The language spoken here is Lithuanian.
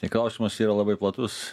tai klausimas yra labai platus